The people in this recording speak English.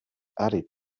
added